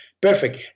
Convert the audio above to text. perfect